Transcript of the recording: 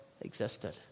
existed